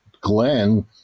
Glenn